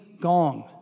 gong